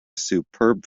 superb